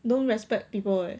don't respect people leh